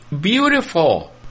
beautiful